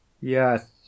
Yes